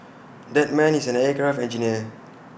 that man is an aircraft engineer